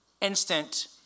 instant